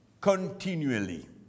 continually